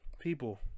People